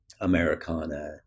Americana